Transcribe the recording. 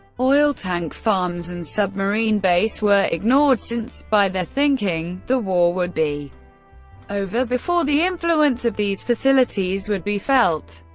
oil tank farms, and submarine base, were ignored, since by their thinking the war would be over before the influence of these facilities would be felt.